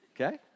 Okay